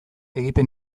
egiten